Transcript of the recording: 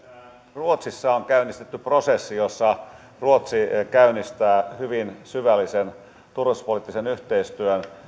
ruotsissa on käynnistetty prosessi jossa ruotsi käynnistää hyvin syvällisen turvallisuuspoliittisen yhteistyön